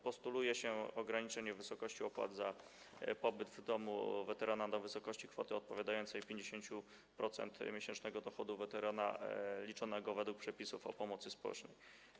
Postuluje się ograniczenie wysokości opłat za pobyt w domu weterana do wysokości kwoty odpowiadającej 50% miesięcznego dochodu weterana liczonego według przepisów o pomocy społecznej.